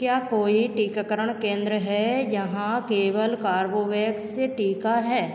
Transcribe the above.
क्या कोई टीकाकरण केन्द्र है जहाँ केवल कार्बोवैक्स टीका है